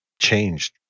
changed